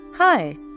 Hi